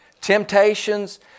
temptations